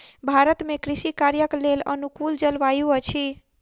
भारत में कृषि कार्यक लेल अनुकूल जलवायु अछि